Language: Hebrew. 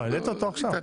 העלית אותו עכשיו.